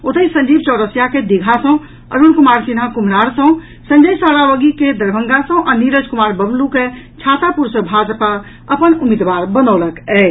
ओतहि संजीव चौरसिया के दीघा सँ अरूण कुमार सिन्हा कुम्हरार सँ संजय सरावगी के दरभंगा सँ आ नीरज कुमार बबलू के छातापुर सँ भाजपा अपन उम्मीदवार बनौलक अछि